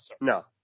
no